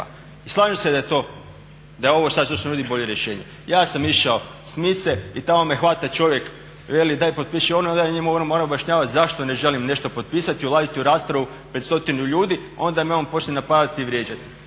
i slažem se da je ovo sad što se nudi bolje rješenje. Ja sam išao s mise i tamo me hvata čovjek, veli daj potpiši ono, onda ja njemu moram objašnjavat zašto ne želim nešto potpisati, ulaziti u raspravu pred stotinu ljudi, onda me on počne napadati i vrijeđati.